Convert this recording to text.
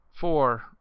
four